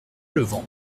levant